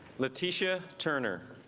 laticia turner